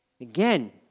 Again